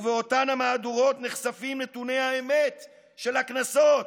ובאותן המהדורות נחשפים נתוני האמת של הקנסות: